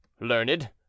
Learned